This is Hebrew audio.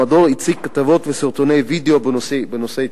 המדור הציג כתבות וסרטוני וידיאו בנושאי